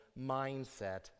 mindset